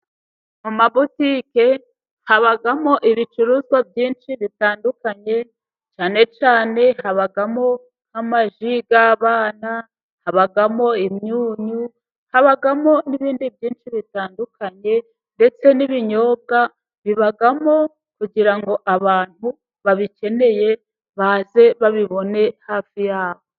Mu mabutike habamo ibicuruzwa byinshi bitandukanye, cyane cyane habamo nk'amaji y'abana, habamo imyunyu, habamo n'ibindi byinshi bitandukanye, ndetse n'ibinyobwa bibamo kugira ngo abantu babikeneye, baze babibone hafi ya bo.